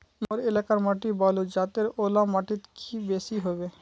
मोर एलाकार माटी बालू जतेर ओ ला माटित की बेसी हबे?